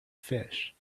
fish